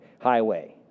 highway